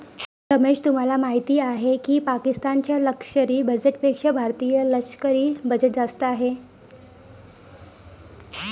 रमेश तुम्हाला माहिती आहे की पाकिस्तान च्या लष्करी बजेटपेक्षा भारतीय लष्करी बजेट जास्त आहे